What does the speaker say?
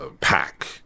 pack